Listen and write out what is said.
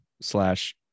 slash